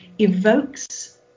evokes